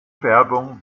werbung